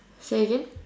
say again